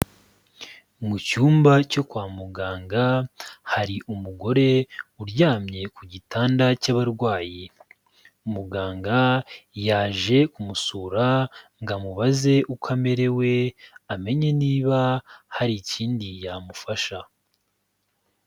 Mu cyumba cyo kwa muganga hari umugore uryamye ku gitanda cy'abarwayi, muganga yaje kumusura ngo amubaze uko amerewe, amenye niba hari ikindi yamufasha.